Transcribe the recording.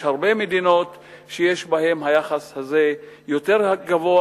יש הרבה מדינות שיש בהן יחס יותר גבוה